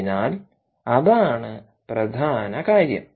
അതിനാൽ അതാണ് പ്രധാന കാര്യം